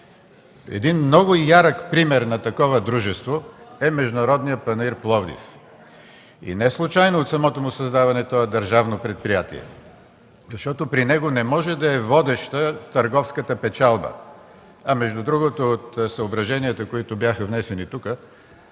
Един много ярък пример на такова дружество е Международният панаир в Пловдив. Неслучайно от самото му създаване той е държавно предприятие, защото при него не може да е водеща търговската печалба. Между другото, от съображенията, които бяха внесени тук,